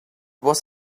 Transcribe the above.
was